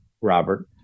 Robert